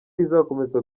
izakomeza